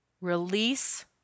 release